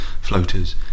floaters